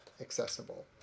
accessible